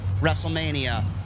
WrestleMania